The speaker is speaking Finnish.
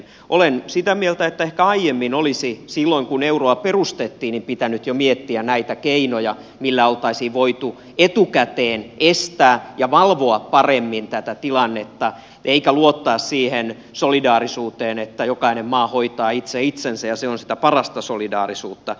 olen sitä mieltä että ehkä aiemmin olisi silloin kun euroa perustettiin pitänyt jo miettiä näitä keinoja millä olisi voitu etukäteen estää ja valvoa paremmin tätä tilannetta eikä luottaa siihen solidaarisuuteen että jokainen maa hoitaa itse itsensä ja se on sitä parasta solidaarisuutta